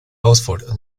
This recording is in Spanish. oxford